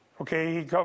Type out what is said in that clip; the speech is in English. okay